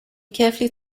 carefully